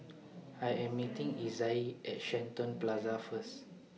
I Am meeting Izaiah At Shenton Plaza First